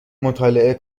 مطالعه